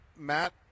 matt